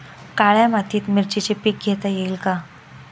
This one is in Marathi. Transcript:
काळ्या मातीत मिरचीचे पीक घेता येईल का?